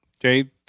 okay